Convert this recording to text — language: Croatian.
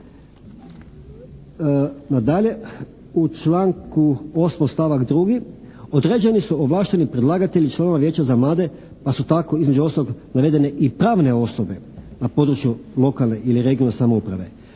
Nadalje, u članku 8. stavak 2. određeni su ovlašteni predlagatelji članova vijeća za mlade pa su tako između ostalog navedene i pravne osobe na području lokalne ili regionalne samouprave.